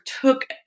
took